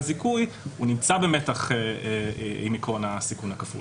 זיכוי נמצא במתח עם עיקרון הסיכון הכפול.